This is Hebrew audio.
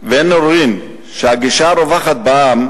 ואין עוררין שהגישה הרווחת בעם,